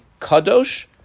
kadosh